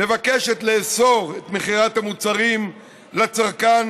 מבקשת לאסור מכירת מוצרים לצרכן